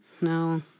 no